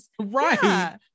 Right